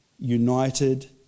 united